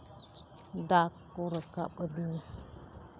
ᱫᱟᱜᱽ ᱠᱚ ᱨᱟᱠᱟᱵ ᱟᱹᱫᱤᱧᱟ